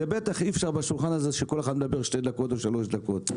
בטח אי אפשר בשולחן הזה שכל אחד שתיים או שלוש דקות.